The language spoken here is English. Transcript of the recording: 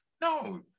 No